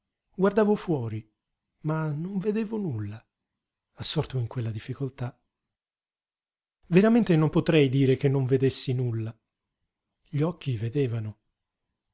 guardavo fuori ma non vedevo nulla assorto in quella difficoltà veramente non potrei dire che non vedessi nulla gli occhi vedevano